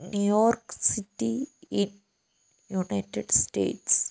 New York city in United States